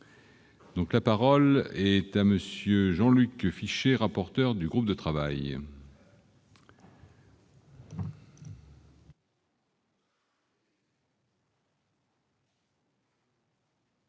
La parole est à M. Jean-Luc Fichet, rapporteur du groupe de travail.